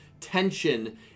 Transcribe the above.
tension